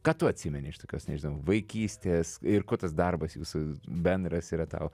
ką tu atsimeni iš tokios nežinau vaikystės ir kuo tas darbas jūsų bendras yra tau